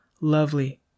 lovely